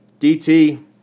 DT